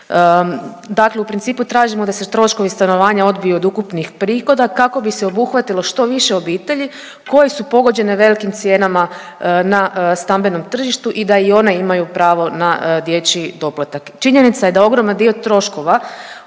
Dakle u principu tražimo da se troškovi stanovanja odbiju od ukupnih prihoda kako bi se obuhvatilo što više obitelji koje su pogođene velikim cijenama na stambenom tržištu i da i one imaju pravo na dječji doplatak. Činjenica je da ogroman dio troškova